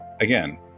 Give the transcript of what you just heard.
again